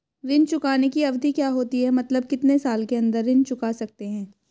ऋण चुकाने की अवधि क्या होती है मतलब कितने साल के अंदर ऋण चुका सकते हैं?